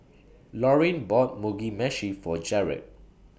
Laurine bought Mugi Meshi For Jarod